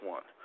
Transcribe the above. One